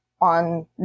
on